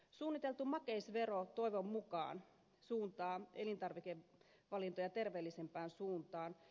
suunniteltu makeisvero toivon mukaan suuntaa elintarvikevalintoja terveellisempään suuntaan